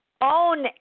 own